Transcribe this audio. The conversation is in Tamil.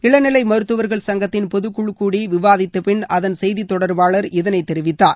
இளநிலை மருத்துவர்கள் சங்கத்தின் பொது குழு கூடி விவாதித்த பின் அதன் செய்தி தொடர்பாளர் இதை தெரிவித்தார்